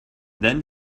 then